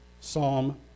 Psalm